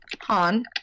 Han